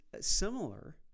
similar